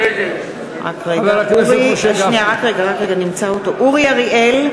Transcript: (קוראת בשמות חברי הכנסת) אורי אריאל,